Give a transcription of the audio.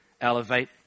Elevate